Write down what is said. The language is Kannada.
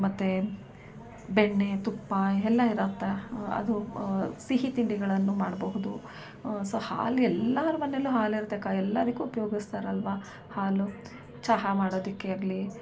ಮತ್ತು ಬೆಣ್ಣೆ ತುಪ್ಪ ಎಲ್ಲ ಇರುತ್ತೆ ಅದು ಸಿಹಿ ತಿಂಡಿಗಳನ್ನು ಮಾಡಬಹುದು ಸೊ ಹಾಲು ಎಲ್ಲರ ಮನೆಯಲ್ಲೂ ಹಾಲಿರುತ್ತೆ ಕ ಎಲ್ಲದಕ್ಕೂ ಉಪಯೋಗಿಸ್ತಾರಲ್ವಾ ಹಾಲು ಚಹಾ ಮಾಡೋದಕ್ಕೆ ಆಗಲೀ